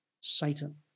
Satan